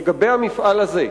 על המפעל הזה,